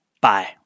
Bye